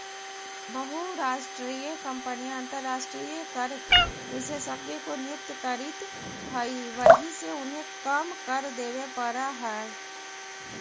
बहुराष्ट्रीय कंपनियां अंतरराष्ट्रीय कर विशेषज्ञ को नियुक्त करित हई वहिसे उन्हें कम कर देवे पड़ा है